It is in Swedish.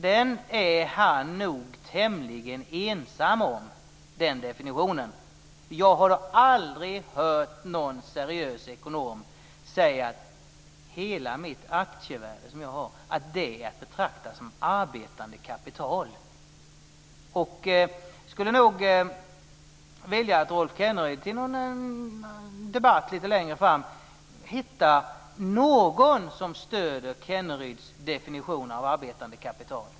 Den definitionen är han nog tämligen ensam om. Jag har då aldrig hört någon seriös ekonom säga: Hela värdet på mitt aktieinnehav är att betrakta som arbetande kapital. Jag skulle nog vilja att Rolf Kenneryd i en debatt lite längre fram skulle hitta någon som stöder Kenneryds definition av arbetande kapital.